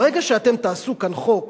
ברגע שאתם תעשו כאן חוק